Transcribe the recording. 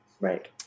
Right